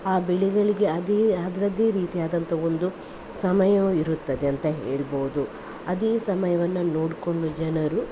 ಆ ಬೆಳೆಗಳಿಗೆ ಅದೇ ಅದರದ್ದೇ ರೀತಿಯಾದಂಥ ಒಂದು ಸಮಯವು ಇರುತ್ತದೆ ಅಂತ ಹೇಳ್ಬೋದು ಅದೇ ಸಮಯವನ್ನು ನೋಡ್ಕೊಂಡು ಜನರು